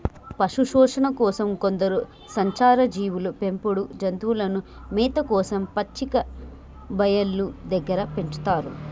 పశుపోషణ కోసం కొందరు సంచార జీవులు పెంపుడు జంతువులను మేత కోసం పచ్చిక బయళ్ళు దగ్గర పెంచుతారు